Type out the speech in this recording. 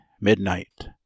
MIDNIGHT